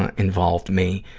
ah involved me,